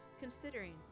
considering